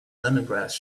lemongrass